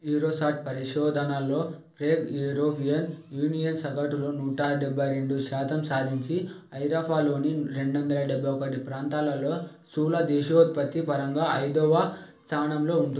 Eurostat పరిశోధనలో Prague European Union సగటులో నూట డెబ్బై రెండు శాతం సాధించి ఐరోపాలోని రెండు వందల డెబ్బై ఒకటి ప్రాంతాలలో స్థూల దేశీయోత్పత్తి పరంగా ఐదవ స్థానంలో ఉంటుంది